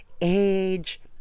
age